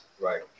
Right